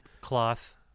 cloth